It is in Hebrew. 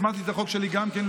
הצמדתי את החוק שלי לקרויזר,